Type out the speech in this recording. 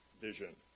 vision